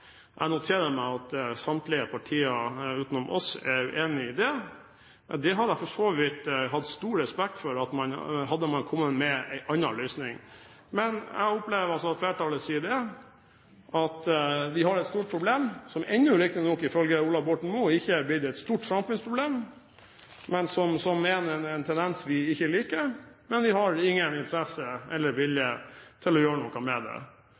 Jeg noterer meg at samtlige partier, utenom oss, er uenig i det. Det hadde jeg for så vidt hatt stor respekt for, hadde man kommet med en annen løsning. Jeg opplever altså at flertallet sier at vi har et stort problem, som ennå riktignok, ifølge Ola Borten Moe, ikke har blitt et stort samfunnsproblem, men som er en tendens vi ikke liker, og som vi ikke har interesse av eller vilje til å gjøre noe med. Det